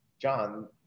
John